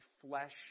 flesh